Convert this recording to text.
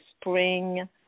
spring